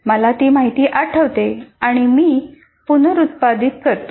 मला ती माहिती आठवते आणि मी पुनरुत्पादित करतो